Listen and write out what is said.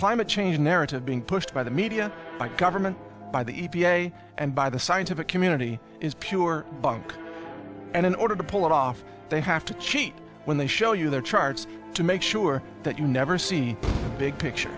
climate change narrative being pushed by the media by government by the e p a and by the scientific community is pure bunk and in order to pull it off they have to cheat when they show you their charts to make sure that you never see big picture